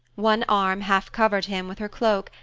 one arm half covered him with her cloak,